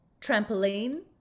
trampoline